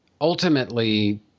ultimately